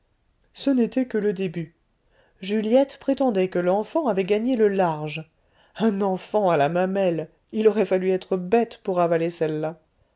ce n'était que le début juliette prétendait que l'enfant avait gagné le large un enfant à la mamelle il aurait fallu être bête pour avaler celle-là